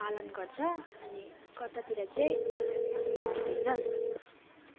पालन गर्छ अनि कतातिर चाहिँ गर्दैनन्